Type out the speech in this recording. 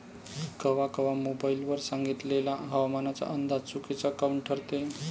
कवा कवा मोबाईल वर सांगितलेला हवामानाचा अंदाज चुकीचा काऊन ठरते?